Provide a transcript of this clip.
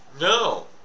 No